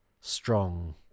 strong